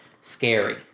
scary